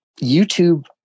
YouTube